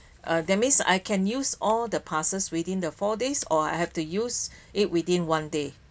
uh that means I can use all the passes within the four days or I have to use it within one day